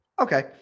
Okay